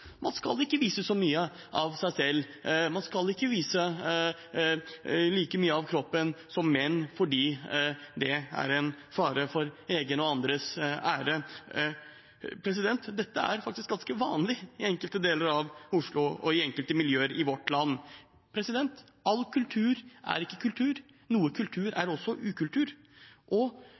Man skal ikke vise så mye av seg selv, man skal ikke vise like mye av kroppen som menn, fordi det er en fare for egen og andres ære. Dette er faktisk ganske vanlig i enkelte deler av Oslo og i enkelte miljøer i vårt land. All kultur er ikke kultur. Noe kultur er også ukultur. Og